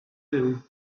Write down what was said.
byw